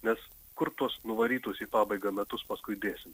nes kur tuos nuvarytus į pabaigą metus paskui dėsim